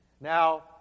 Now